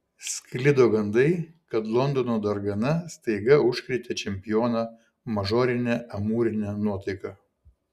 sklido gandai kad londono dargana staiga užkrėtė čempioną mažorine amūrine nuotaika